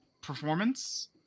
performance